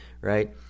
right